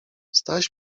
staś